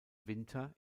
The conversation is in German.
winter